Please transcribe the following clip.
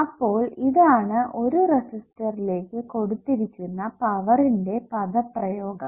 അപ്പോൾ ഇതാണ് ഒരു റെസിസ്റ്ററിലേക്ക് കൊടുത്തിരിക്കുന്ന പവറിന്റെ പദപ്രയോഗം